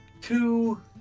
two